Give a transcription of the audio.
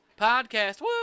podcast